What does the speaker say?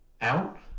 out